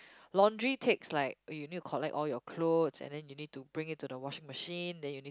laundry takes like when you need to collect all your clothes and then you need to bring it to the washing machine then you need